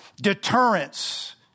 deterrence